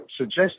suggest